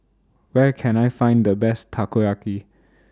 Where Can I Find The Best Takoyaki